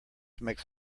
makes